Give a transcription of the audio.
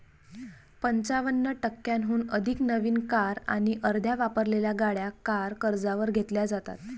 पंचावन्न टक्क्यांहून अधिक नवीन कार आणि अर्ध्या वापरलेल्या गाड्या कार कर्जावर घेतल्या जातात